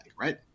right